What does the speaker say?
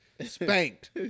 spanked